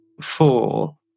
four